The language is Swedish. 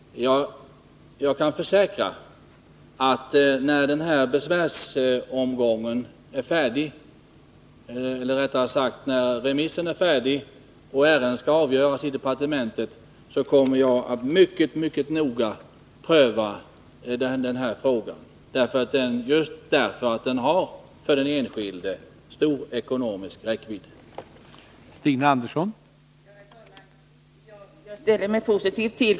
Jag kan försäkra, att när besvärsskrivelsen har remissbehandlats och ärendet skall avgöras i departementet, kommer jag att mycket noga pröva frågan just därför att den har så stor ekonomisk räckvidd för den enskilde.